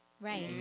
Right